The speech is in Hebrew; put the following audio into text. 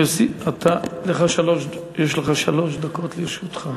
יש לך שלוש דקות לרשותך.